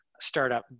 startup